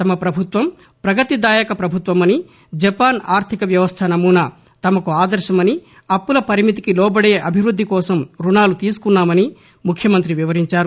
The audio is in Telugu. తమ ప్రభుత్వం ప్రగతి దాయక ప్రభుత్వమనీ జపాన్ ఆర్లిక వ్యవస్ల నమూనా తమకు ఆదర్గమని అప్పుల పరిమితికి లోబడే అభివృద్దికోసం రుణాలు తీసుకున్నామని ముఖ్యమంత్రి వివరించారు